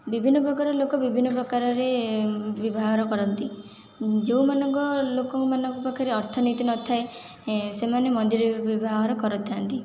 ବିଭିନ୍ନ ପ୍ରକାର ଲୋକ ବିଭିନ୍ନ ପ୍ରକାରରେ ବିଭାଘର କରନ୍ତି ଯେଉଁମାନଙ୍କ ଲୋକମାନଙ୍କ ପାଖରେ ଅର୍ଥନୀତି ନଥାଏ ସେମାନେ ମନ୍ଦିରରେ ବିଭାଘର କରିଥାନ୍ତି